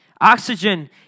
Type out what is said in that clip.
Oxygen